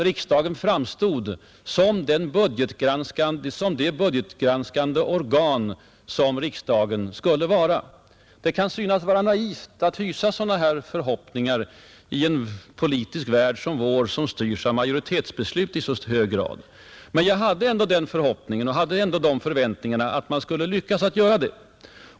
Riksdagen skulle därmed framstå som det budgetgranskande organ som riksdagen skall vara. Det kan synas vara naivt att hysa sådana förhoppningar i en politisk värld som vår och som i så hög grad styrs av majoritetsbeslut, men jag hade ändå den förhoppningen och de förväntningarna, att man skulle lyckas att göra det.